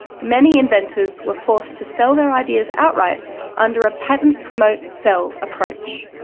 many inventors were forced to sell their ideas outright under a patent-promote-sell so approach.